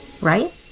right